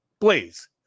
please